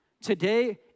Today